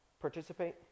participate